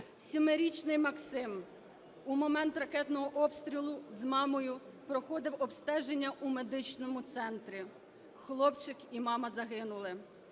Семирічний Максим у момент ракетного обстрілу з мамою проходив обстеження у медичному центрі. Хлопчик і мама загинули.